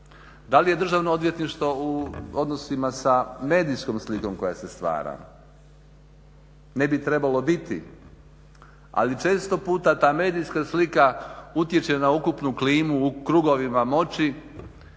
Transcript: Da li je državno odvjetništvo u odnosu sa medijskom slikom koja se stvara? Ne bi trebalo biti, ali često puta ta medijska slika utječe na ukupnu klimu u krugovima moći